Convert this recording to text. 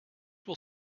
will